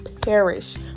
perish